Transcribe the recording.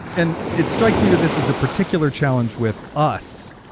and it strikes me that this is a particular challenge with us,